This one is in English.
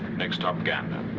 next stop, gander.